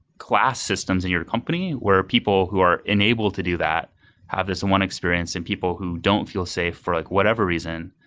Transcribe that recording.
class systems in your company where people who are enabled to do that have this one experience and people who don't feel safe for like whatever reason,